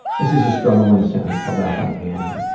this is a struggle in a sentence filled out by annie.